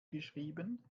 geschrieben